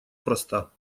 проста